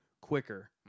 quicker